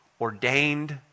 ordained